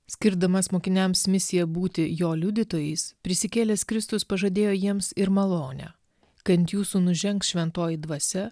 skirdamas mokiniams misiją būti jo liudytojais prisikėlęs kristus pažadėjo jiems ir malonę kad jūsų nužengs šventoji dvasia